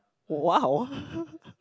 !wow!